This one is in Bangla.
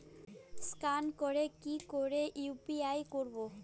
স্ক্যান করে কি করে ইউ.পি.আই করবো?